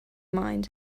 mind